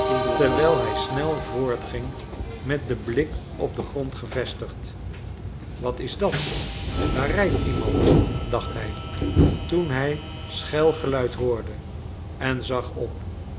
terwijl hij snel voortging met den blik op den grond gevestigd wat is dat daar rijdt iemand dacht hij toen hij schelgeluid hoorde en zag op